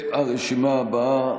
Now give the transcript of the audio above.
הרשימה הבאה,